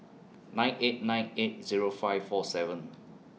nine eight nine eight Zero five four seven